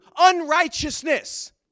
unrighteousness